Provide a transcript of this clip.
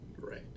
right